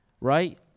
right